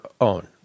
own